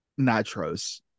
nitros